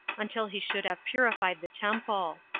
until he should have purified the temple.